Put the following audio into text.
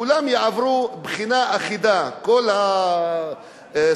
כולם יעברו בחינה אחידה, כל הסטודנטים.